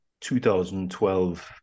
2012